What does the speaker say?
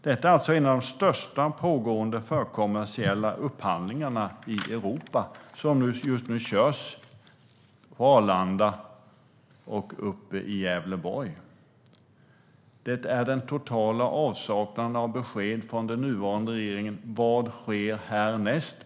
Det är en av de största pågående förkommersiella upphandlingarna i Europa där man just nu testkör på Arlanda och i Gävleborg. Det är en total avsaknad av besked från den nuvarande regeringen. Vad sker härnäst?